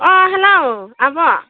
अ hello आब'